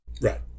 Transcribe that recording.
Right